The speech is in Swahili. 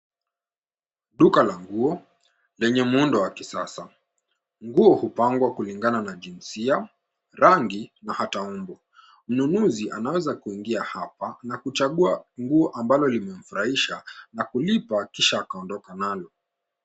Duka la nguo lenye muundo wa kisasa. Nguo hupangwa kulingana na jinsia, rangi na hata umbo. Mnunuzi anaweza kuingia hapa na kuchagua nguo ambalo limemfurahisha na kulipa kisha akaondoka nalo.